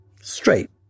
Straight